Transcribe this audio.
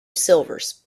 silvers